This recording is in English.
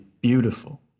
Beautiful